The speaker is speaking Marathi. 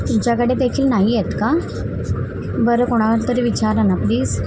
तुमच्याकडे देखील नाही आहेत का बरं कोणावर तरी विचारा ना प्लीज